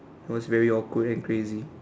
it was very awkward and crazy